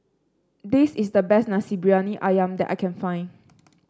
this is the best Nasi Briyani ayam that I can find